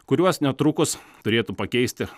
kuriuos netrukus turėtų pakeisti